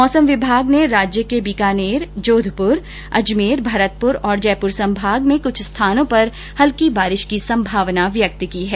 मौसम विभाग ने राज्य के बीकानेर जोधपुर अजमेर भरतपुर और जयपुर संभाग में कुछ स्थानों पर हल्की बारिश की संभावना व्यक्त की है